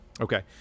Okay